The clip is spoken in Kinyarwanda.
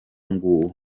nguwo